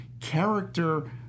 character